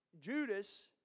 Judas